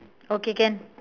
okay can